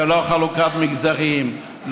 ללא חלוקה למגזרים,